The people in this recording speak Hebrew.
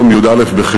היום, י"א בחשוון,